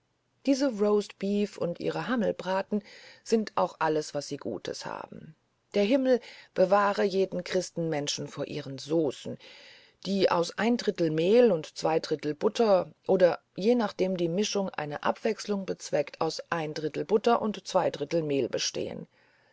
diese roastbeefe und ihre hammelbraten sind aber auch alles was sie gutes haben der himmel bewahre jeden christenmensch vor ihren saucen die aus mehl und butter oder je nachdem die mischung eine abwechselung bezweckt aus butter und mehl bestehen